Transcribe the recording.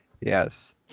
Yes